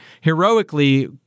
heroically